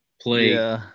play